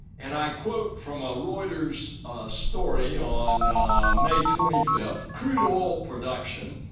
and i quote from a reuters story on may twenty five, crude oil production,